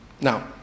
now